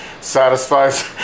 satisfies